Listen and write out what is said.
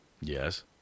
Yes